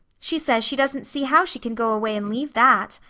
she says she doesn't see how she can go away and leave that.